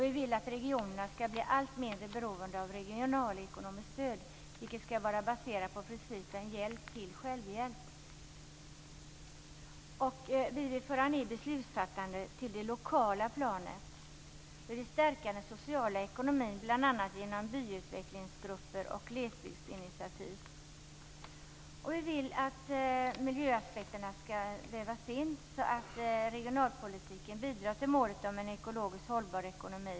Vi vill att regionerna skall bli allt mindre beroende av regionalekonomiskt stöd, vilket skall vara baserat på principen hjälp till självhjälp. Vi vill föra ned beslutsfattandet till det lokala planet och stärka den sociala ekonomin bl.a. genom byautvecklingsgrupper och glesbygdsinitiativ. Vi vill att miljöaspekterna skall vävas in så att regionalpolitiken bidrar till målet om en ekologiskt hållbar ekonomi.